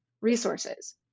resources